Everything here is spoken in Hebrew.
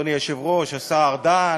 אדוני היושב-ראש, השר ארדן,